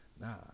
Nah